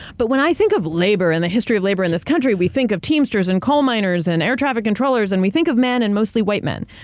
but when i think of labor and the history of labor in this country, we think of teamsters and coal miners and air traffic controllers, and we think of men and mostly white men.